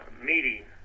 meeting